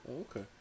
Okay